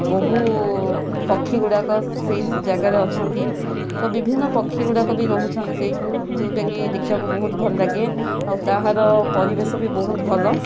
ବହୁ ପକ୍ଷୀଗୁଡ଼ାକ ସେହି ଜାଗାରେ ଅଛନ୍ତି ତ ବିଭିନ୍ନ ପକ୍ଷୀଗୁଡ଼ାକ ବି ରହୁଛନ୍ତି ସେଉଠୁ ଯେଉଁଟାକି ଦେଖିବାକୁ ବହୁତ ଭଲ ଲାଗେ ଆଉ ତାହାର ପରିବେଶ ବି ବହୁତ ଭଲ